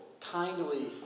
kindly